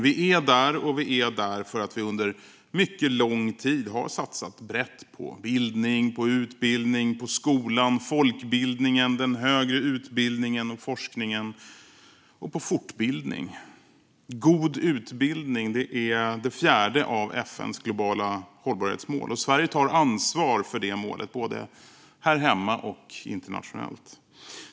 Vi är där, och vi är det för att vi under mycket lång tid har satsat brett på bildning, på utbildning, på skolan, på folkbildningen, på den högre utbildningen, på forskningen och på fortbildning. God utbildning är det fjärde av FN:s globala hållbarhetsmål, och Sverige tar ansvar för det målet både här hemma och internationellt.